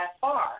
far